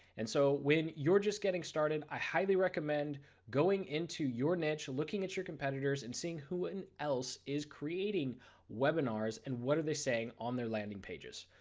and so when your just getting started i highly recommend going into your niche, looking at your competitors and see who and else is creating webinars and what do they say on their landing pages.